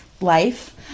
life